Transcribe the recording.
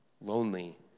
lonely